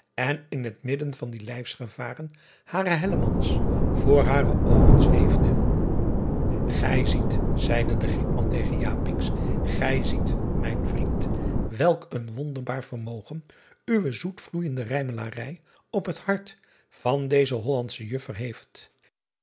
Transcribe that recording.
en in het midden van die lijfsgevaren haar voor hare oogen zweesde ij ziet zeide de rietman tegen gij ziet mijn vriend welk een wonderbaar vermogen uwe zoetvloeijende rijmelarij op het hart van deze ollandsche uffer heeft